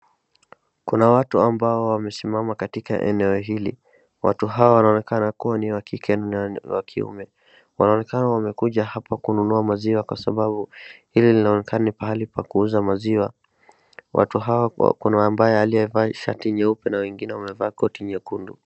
Kuna watu ambao wamesimama katika eneo hili. Watu hawa wanaonekana kuwa ni wa kike na wa kiume. Wanaonekana wamekuja hapa kununua maziwa kwa sababu hili linaonekana ni pahali pa kuuza maziwa. Watu hawa kuna ambaye aliyevaa shati nyeupe na wengine wamevaa koti nyekundu.